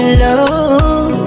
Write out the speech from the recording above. love